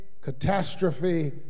catastrophe